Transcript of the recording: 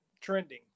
trending